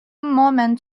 moment